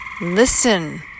Listen